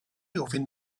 ofyn